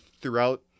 throughout